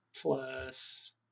plus